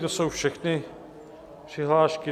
To jsou všechny přihlášky.